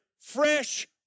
fresh